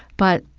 but,